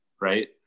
right